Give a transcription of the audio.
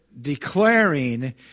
declaring